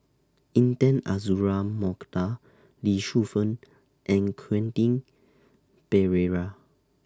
Intan Azura Mokhtar Lee Shu Fen and Quentin Pereira